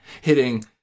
hitting